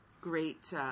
great